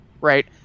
Right